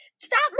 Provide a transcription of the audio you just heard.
Stop